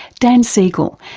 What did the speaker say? dan siegel,